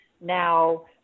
now